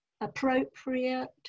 appropriate